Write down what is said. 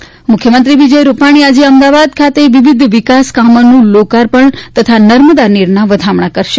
રૂપાણી અમદાવાદ મુખ્યમંત્રી વિજય રૂપાણી આજે અમદાવાદ ખાતે વિવિધ વિકાસ કામોનું લોકાર્પણ તથા નર્મદા નીરના વધામણા કરશે